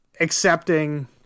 accepting